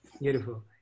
Beautiful